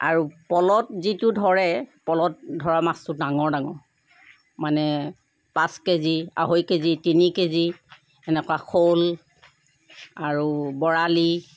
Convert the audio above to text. আৰু পলত যিটো ধৰে পলত ধৰা মাছটো ডাঙৰ ডাঙৰ মানে পাঁচ কেজি আঢ়ৈ কেজি তিনি কেজি এনেকুৱা শ'ল আৰু বৰালি